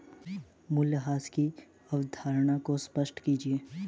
मूल्यह्रास की अवधारणा को स्पष्ट कीजिए